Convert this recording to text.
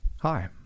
Hi